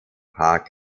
park